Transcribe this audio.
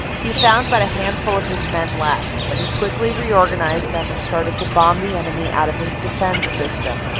he found but a handful of his men left, but he quickly reorganized them and started to bomb the enemy out of his defense system.